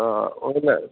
हँ ओइ लए